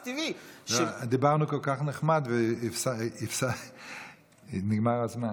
ואז טבעי דיברנו כל כך נחמד, ונגמר הזמן.